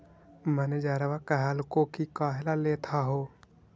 मैनेजरवा कहलको कि काहेला लेथ हहो?